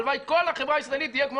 הלוואי כל החברה הישראלית תהיה כמו